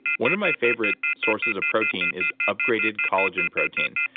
one of my favorite sources of protein is upgraded collagen protein.